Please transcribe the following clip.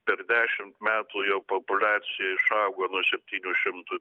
per dešimt metų jo populiacija išaugo nuo septynių šimtų